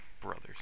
brothers